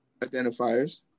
identifiers